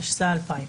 התשס"א 2000."